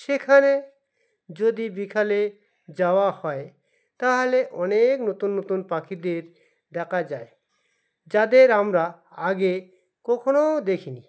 সেখানে যদি বিকালে যাওয়া হয় তাহলে অনেক নতুন নতুন পাখিদের দেখা যায় যাদের আমরা আগে কখনো দেখিনি